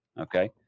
Okay